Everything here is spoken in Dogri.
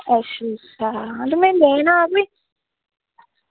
अच्छा अच्छा ते में लैना हा ते